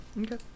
Okay